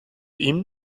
ihm